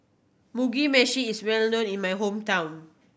Mugi Meshi is well known in my hometown